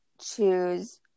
choose